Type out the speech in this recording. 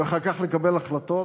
ואחר כך לקבל החלטות?